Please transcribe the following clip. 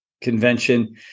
Convention